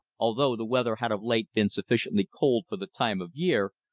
although the weather had of late been sufficiently cold for the time of year,